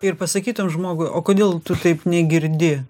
ir pasakytum žmogui o kodėl tu taip negirdi